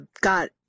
got